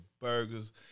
burgers